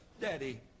daddy